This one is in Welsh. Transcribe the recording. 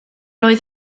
oedd